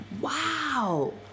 wow